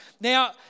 Now